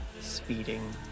speeding